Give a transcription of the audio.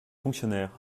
fonctionnaires